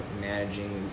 managing